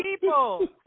people